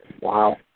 Wow